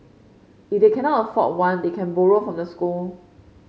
if they cannot afford one they can borrow from the school